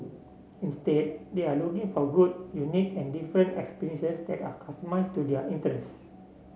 instead they are looking for good unique and different experiences that are customised to their interests